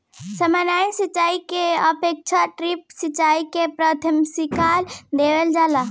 सामान्य सिंचाई के अपेक्षा ड्रिप सिंचाई के प्राथमिकता देवल जाला